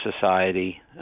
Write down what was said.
society